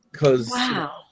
Wow